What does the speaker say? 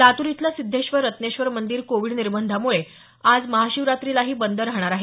लातूर इथलं सिद्धेश्वर रत्नेश्वर मंदीर कोविड निर्बंधांमुळे यंदा आज महाशिवरात्रीलाही बंद राहणार आहे